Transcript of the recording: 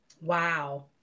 Wow